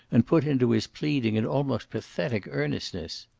and put into his pleading an almost pathetic earnestness.